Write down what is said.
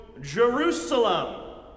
Jerusalem